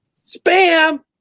Spam